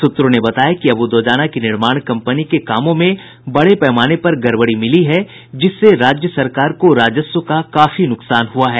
सूत्रों ने बताया कि अब्र दोजाना की निर्माण कम्पनी के कामों में बड़े पैमाने पर गड़बड़ी मिली है जिससे राज्य सरकार को राजस्व का काफी नुकसान हुआ है